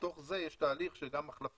בתוך זה יש תהליך גם של החלפת